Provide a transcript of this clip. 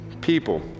people